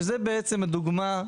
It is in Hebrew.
שזו בעצם התגובה,